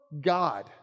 God